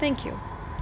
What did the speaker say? thank you